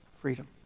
freedom